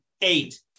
eight